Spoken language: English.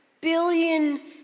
billion